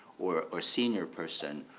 or or senior person,